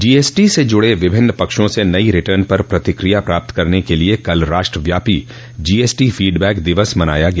GST से जुड़े विभिन्न पक्षों से नई रिटर्न पर प्रतिक्रिया प्राप्त करने के लिए कल राष्ट्रव्यापी जीएसटी फीडबैक दिवस मनाया गया